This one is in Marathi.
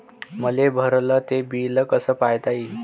मले भरल ते बिल कस पायता येईन?